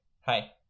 Hi